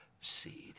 seed